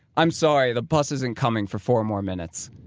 i'm sorry. the bus isn't coming for four more minutes.